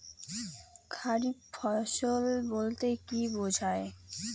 খারিফ ফসল বলতে কী বোঝায়?